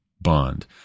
bond